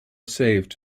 saved